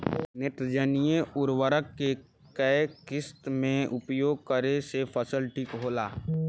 नेत्रजनीय उर्वरक के केय किस्त मे उपयोग करे से फसल ठीक होला?